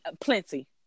Plenty